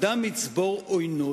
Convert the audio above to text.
עוינות,